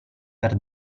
per